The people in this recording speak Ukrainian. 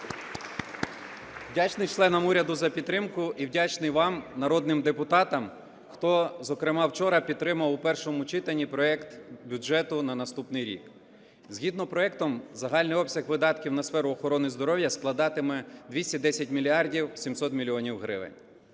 Вдячний членам уряду за підтримку. І вдячний вам, народним депутатам, хто, зокрема, вчора, підтримав у першому читанні проект бюджету на наступний рік. Згідно з проектом загальний обсяг видатків на сферу охорони здоров'я складатиме 210 мільярдів 700 мільйонів